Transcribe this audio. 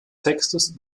textes